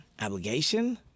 obligation